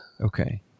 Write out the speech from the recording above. Okay